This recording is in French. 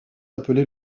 appelée